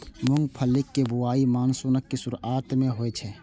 मूंगफलीक बुआई मानसूनक शुरुआते मे होइ छै